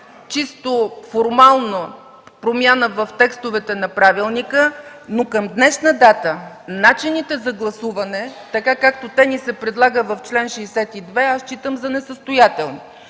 чисто формално промяна в текстовете на правилника, но към днешна дата начините за гласуване, както ни се предлагат в чл. 62, аз считам за несъстоятелни.